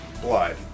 blood